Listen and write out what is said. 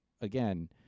again